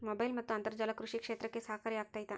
Mobile ಮತ್ತು ಅಂತರ್ಜಾಲ ಕೃಷಿ ಕ್ಷೇತ್ರಕ್ಕೆ ಸಹಕಾರಿ ಆಗ್ತೈತಾ?